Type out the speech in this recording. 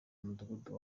mudugudu